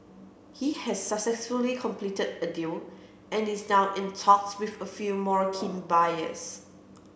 he has successfully completed a deal and is now in talks with a few more keen buyers